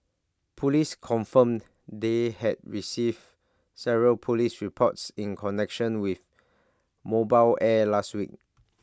Police confirmed they had received several Police reports in connection with mobile air last week